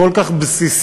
כל כך בסיסית,